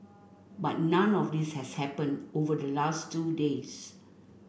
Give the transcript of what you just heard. but none of this has happened over the last two days